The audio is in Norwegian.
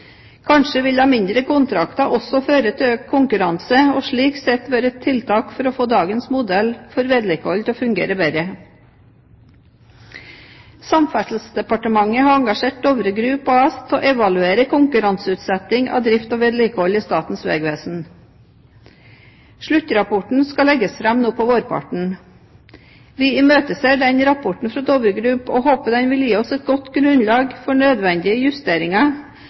Kanskje vil da også mindre kontrakter føre til økt konkurranse, og slik sett være et tiltak for å få dagens modell for vedlikehold til å fungere bedre. Samferdselsdepartementet har engasjert Dovre Group AS til å evaluere konkurranseutsetting av drift og vedlikehold i Statens vegvesen. Sluttrapporten skal legges fram nå på vårparten. Vi imøteser denne rapporten fra Dovre Group og håper den vil gi oss et godt grunnlag for nødvendige justeringer